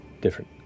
Different